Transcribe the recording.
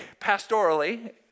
pastorally